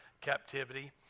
captivity